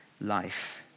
life